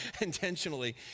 intentionally